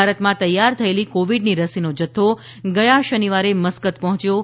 ભારતમાં તૈયાર થયેલી કોવિડની રસીનો જથ્થો ગયા શનિવારે મસ્કત પહોંચ્યો છે